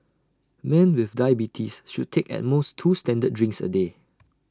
men with diabetes should take at most two standard drinks A day